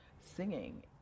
singing